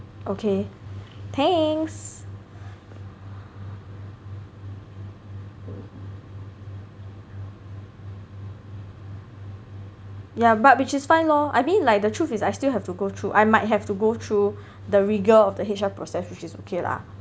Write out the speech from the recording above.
okay thanks ya but which is fine lor I mean like the truth is I still have to go through I might have to go through the rigour of the H_R process which is okay lah